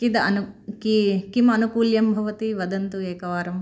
किद् अनु की किम् अनुकूल्यं भवति वदन्तु एकवारम्